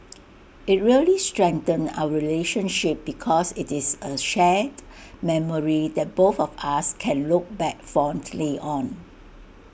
IT really strengthened our relationship because IT is A shared memory that both of us can look back fondly on